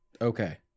Okay